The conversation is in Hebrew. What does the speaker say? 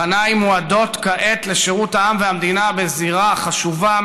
פניי מועדות כעת לשירות העם והמדינה בזירה חשובה,